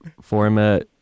format